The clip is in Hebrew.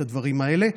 את הדברים האלה.